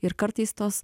ir kartais tos